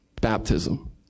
baptism